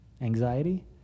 anxiety